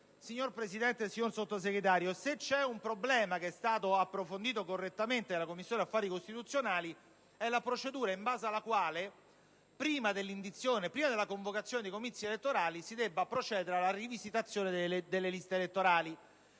signora Presidente e signor Sottosegretario, se esiste un problema che è stato approfondito correttamente dalla Commissione affari costituzionali, è proprio la procedura in base alla quale, prima della convocazione dei comizi elettorali, si deve procedere alla rivisitazione delle liste elettorali.